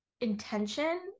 intention